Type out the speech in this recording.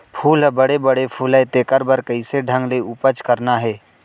फूल ह बड़े बड़े फुलय तेकर बर कइसे ढंग ले उपज करना हे